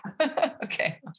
Okay